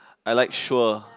I like sure